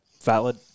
valid